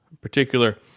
particular